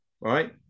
Right